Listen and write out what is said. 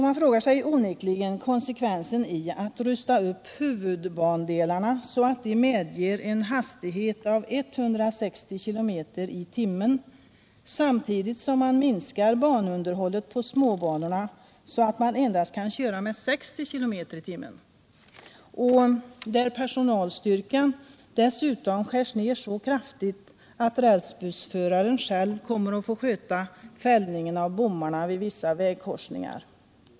Man frågar sig onekligen vad det är för konsekvens i att rusta upp huvudbandelarna, så att de medger en hastighet av 160 km tim. Där skärs personalstyrkan också ned så kraftigt att rälsbussföraren själv kommer att få sköta fällningen av bommarna vid vissa vägkorsningar!